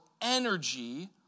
energy